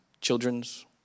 children's